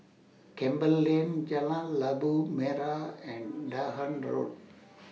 Campbell Lane Jalan Labu Merah and Dahan Road